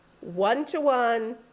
one-to-one